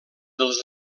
dels